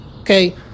okay